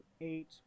eight